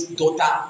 daughter